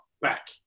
back